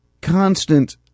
constant